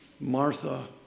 Martha